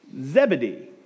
Zebedee